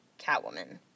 Catwoman